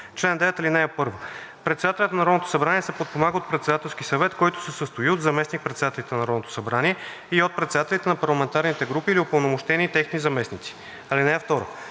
чл. 9: „Чл. 9 (1) Председателят на Народното събрание се подпомага от Председателски съвет, който се състои от заместник-председателите на Народното събрание и от председателите на парламентарните групи или упълномощени техни заместници. (2)